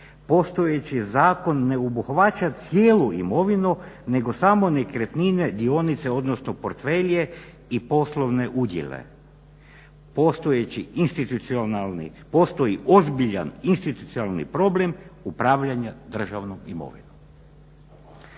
postojeći zakon ne obuhvaća cijelu imovinu nego samo nekretnine, dionice, odnosno portfelje i poslovne udjele. Postoji ozbiljan institucionalni problem upravljanja državnom imovinom.